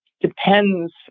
depends